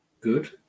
good